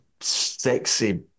sexy